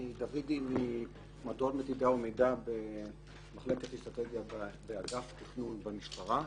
אני דוידי ממדור מדידה ומידע במחלקת אסטרטגיה באגף תכנון במשטרה.